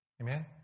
Amen